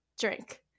drink